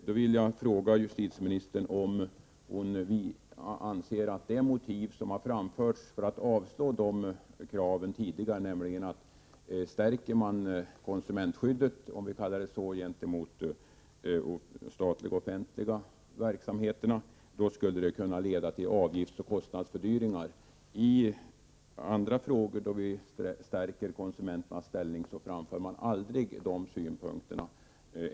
Jag vill fråga justitieministern vad hon anser om det motiv som har framförts för att avslå kraven på detta område tidigare, nämligen att det skulle kunna leda till avgiftsoch kostnadsfördyringar om man stärker konsumentskyddet, om vi kallar det så, gentemot de offentliga verksamheterna. Då vi stärker konsumenternas ställning i andra avseenden framför man aldrig de synpunkterna.